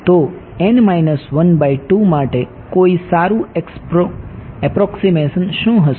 તો n 12 માટે કોઈ સારું એપ્રોક્સીમેશન હું હશે